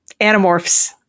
Animorphs